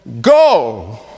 Go